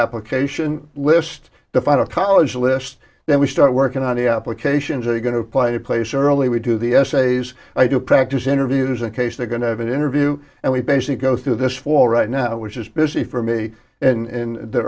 application list the final college list then we start working on the applications are going to play a place early we do the essays i do practice interviews in case they're going to have an interview and we basically go through this for right now which is busy for me in the